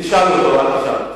תשאל אותו, אל תשאל אותי.